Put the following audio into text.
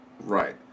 Right